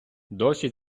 досі